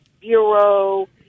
bureau